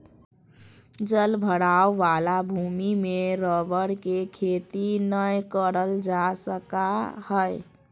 जल भराव वाला भूमि में रबर के खेती नय करल जा सका हइ